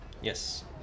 Yes